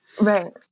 Right